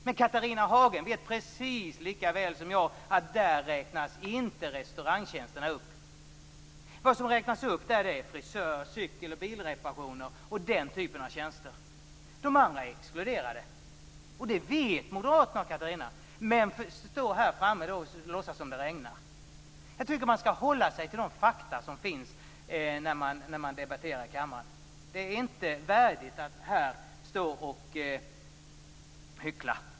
Men Catharina Hagen vet precis likaväl som jag att där räknas inte restaurangtjänsterna upp. Där räknas upp frisörer, cykel och bilreparationer och den typen av tjänster. De andra är exkluderade. Det vet Catharina Hagen och Moderaterna. Men hon står här framme och låtsas som om det regnar. Man skall hålla sig till de faktum som finns när man debatterar i kammaren. Det är inte värdigt att hyckla här.